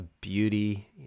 beauty